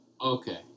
okay